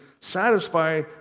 satisfy